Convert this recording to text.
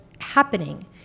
happening